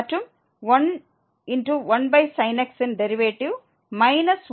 மற்றும் 11sin x இன் derivative 1x ஆகும்